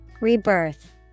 Rebirth